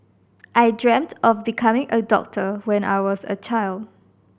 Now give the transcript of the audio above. I dreamt of becoming a doctor when I was a child